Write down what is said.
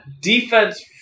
defense